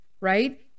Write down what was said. right